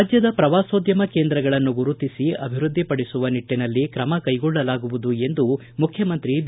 ರಾಜ್ಯದ ಪ್ರವಾಸೋದ್ಧಮ ಕೇಂದ್ರಗಳನ್ನು ಗುರುತಿಸಿ ಅಭಿವೃದ್ದಿ ಪಡಿಸುವ ನಿಟ್ಟನಲ್ಲಿ ಕ್ರಮ ಕೈಗೊಳ್ಳಲಾಗುವುದು ಎಂದು ಮುಖ್ಯಮಂತ್ರಿ ಬಿ